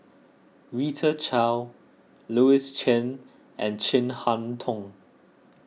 Rita Chao Louis Chen and Chin Harn Tong